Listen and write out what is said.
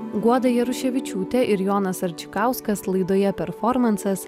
guoda jaruševičiūtė ir jonas arčikauskas laidoje performansas